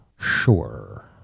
sure